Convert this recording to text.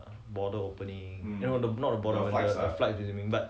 the border opening not the border the flights opening but